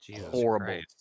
Horrible